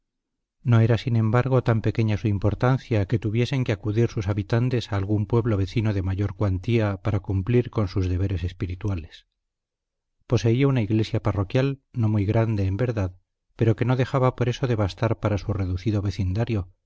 no era sin embargo tan pequeña su importancia que tuviesen que acudir sus habitantes a algún pueblo vecino de mayor cuantía para cumplir con sus deberes espirituales poseía una iglesia parroquial no muy grande en verdad pero que no dejaba por eso de bastar para su reducido vecindario